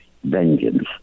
vengeance